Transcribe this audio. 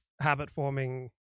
habit-forming